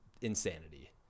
insanity